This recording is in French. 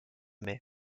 mai